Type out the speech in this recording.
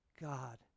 God